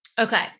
Okay